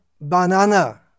Banana